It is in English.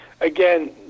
again